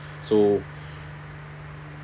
so